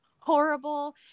horrible